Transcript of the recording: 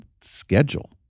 schedule